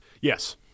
Yes